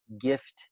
gift